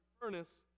furnace